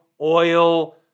oil